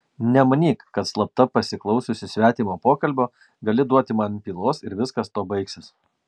nemanyk kad slapta pasiklausiusi svetimo pokalbio gali duoti man pylos ir viskas tuo baigsis